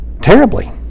terribly